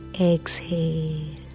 exhale